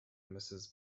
mrs